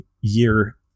year